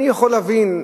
אני יכול להבין,